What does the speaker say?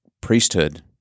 priesthood